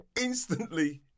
instantly